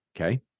Okay